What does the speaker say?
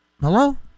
Hello